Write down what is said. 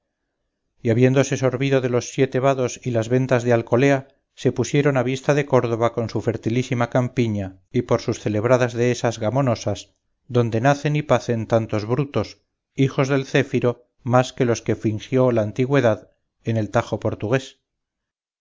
y habiéndose sorbido de los siete vados y las ventas de alcolea se pusieron a vista de córdoba por su fertilísima campiña y por sus celebradas dehesas gamonosas donde nacen y pacen tantos brutos hijos del céfiro más que los que fingió la antigüedad en el tajo portugués